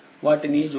వాటిని జోడించవచ్చు